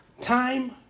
time